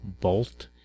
Bolt